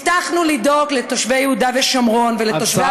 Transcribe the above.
הבטחנו לדאוג לתושבי יהודה ושומרון ולתושבי הפריפריה,